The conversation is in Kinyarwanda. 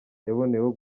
yaboneyeho